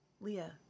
Leah